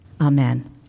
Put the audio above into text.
amen